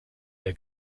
der